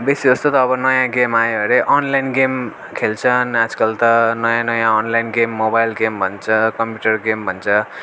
बेसी जस्तो त अब नयाँ गेम आयो हरे अनलाइन गेम खेल्छन् आजकल त नयाँ नयाँ अनलाइन गेम मोबाइल गेम भन्छ कम्प्युटार गेम भन्छ